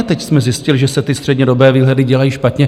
Teď jsme zjistili, že se ty střednědobé výhledy dělají špatně?